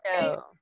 no